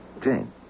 Jane